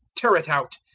tear it out.